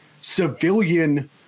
civilian